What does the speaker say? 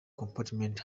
compartment